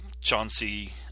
Chauncey